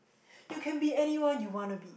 you can be anyone you wanna be